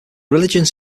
religions